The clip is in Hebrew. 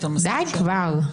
די כבר.